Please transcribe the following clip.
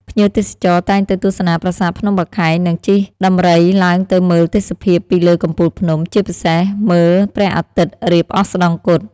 ភ្ញៀវទេសចរតែងទៅទស្សនាប្រាសាទភ្នំបាខែង និង ជិះដំរីឡើងទៅមើលទេសភាពពីលើកំពូលភ្នំ ជាពិសេសមើលព្រះអាទិត្យ រៀបអស្តង្គត ។